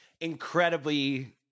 incredibly